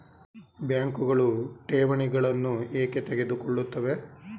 ಬ್ಯಾಂಕುಗಳು ಠೇವಣಿಗಳನ್ನು ಏಕೆ ತೆಗೆದುಕೊಳ್ಳುತ್ತವೆ?